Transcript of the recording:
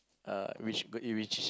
uh which g~ it which